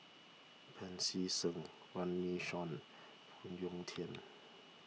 Pancy Seng Runme Shaw Phoon Yew Tien